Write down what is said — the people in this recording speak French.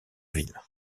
ville